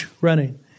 running